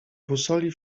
busoli